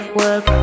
work